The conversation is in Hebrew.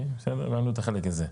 בסדר, הבנו את החלק הזה.